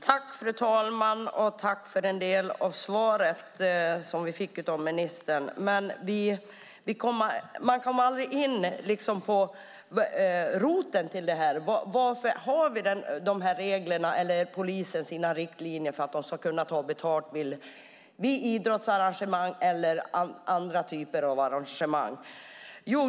Fru talman! Tack för en del av svaret som vi fick av ministern! Men hon kom aldrig in på roten till det här, varför polisen har sina riktlinjer för att de ska kunna ta betalt vid idrottsarrangemang eller andra typer av arrangemang.